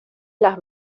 las